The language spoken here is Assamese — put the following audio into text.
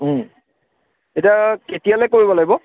এতিয়া কেতিয়ালৈ কৰিব লাগিব